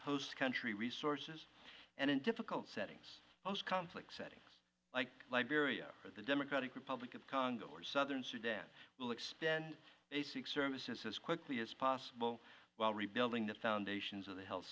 host country resources and in difficult settings most conflicts settings like liberia for the democratic republic of congo or southern sudan will extend basic services as quickly as possible while rebuilding the foundations of the health